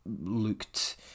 looked